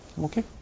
Okay